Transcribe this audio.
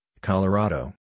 Colorado